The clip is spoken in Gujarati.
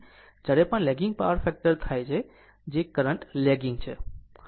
જ્યારે પણ લેગિંગ પાવર ફેક્ટર થાય છે કરંટ લેગીગ છે